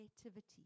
Creativity